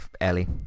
Ellie